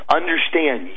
understand